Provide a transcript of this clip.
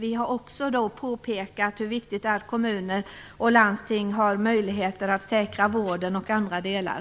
Vi har också påpekat hur viktigt det är att kommuner och landsting har möjligheter att säkra vården och andra delar.